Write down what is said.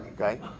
Okay